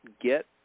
get